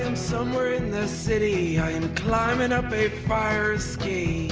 somewhere in the city, i am climbing up a fire escape